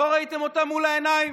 לא ראיתם אותן מול העיניים?